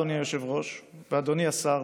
אדוני היושב-ראש ואדוני השר,